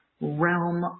realm